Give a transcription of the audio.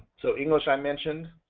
so english, i mentioned,